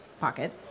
Pocket